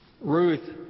Ruth